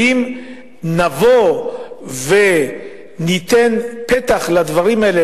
ואם נבוא וניתן פתח לדברים האלה,